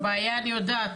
את הבעיה אני יודעת,